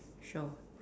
show